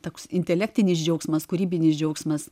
toks intelektinis džiaugsmas kūrybinis džiaugsmas